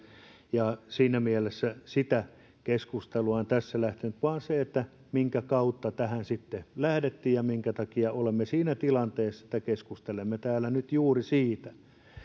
siinä mielessä sitä keskustelua en tässä lähtenyt käymään vaan siksi minkä kautta tähän sitten lähdettiin ja minkä takia olemme siinä tilanteessa että keskustelemme täällä nyt juuri siitä